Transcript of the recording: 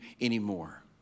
anymore